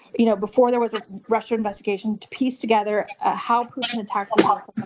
you know, before there was a russia investigation, to piece together ah how putin attacked the